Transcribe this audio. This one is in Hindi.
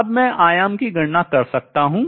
अब मैं आयाम की गणना कर सकता हूँ